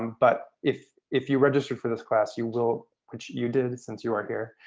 but if if you registered for this class you will, which you did since you are here,